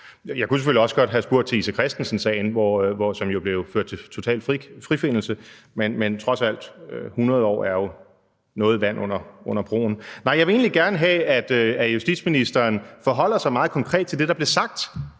Jeg kunne selvfølgelig også godt have spurgt til I. C. Christensen-sagen, som jo førte til total frifindelse, men 100 år er trods alt noget vand under broen. Men jeg vil egentlig gerne have, at justitsministeren forholder sig meget konkret til det, der blev sagt,